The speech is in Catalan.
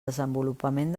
desenvolupament